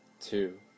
two